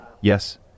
Yes